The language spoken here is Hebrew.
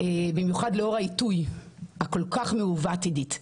במיוחד לאור העיתוי הכול כך מעוות, עידית.